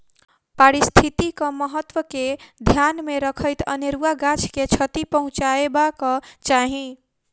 पारिस्थितिक महत्व के ध्यान मे रखैत अनेरुआ गाछ के क्षति पहुँचयबाक चाही